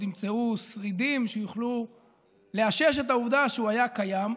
ימצאו שרידים שיוכלו לאשש את העובדה שהוא היה קיים.